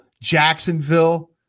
Jacksonville